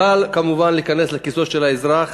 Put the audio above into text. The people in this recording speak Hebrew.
קל, כמובן, להיכנס לכיסו של האזרח,